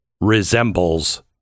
resembles